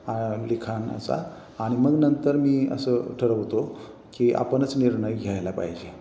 हा लिखाण असा आणि मग नंतर मी असं ठरवतो की आपणच निर्णय घ्यायला पाहिजे